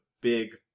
big